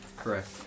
Correct